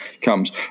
comes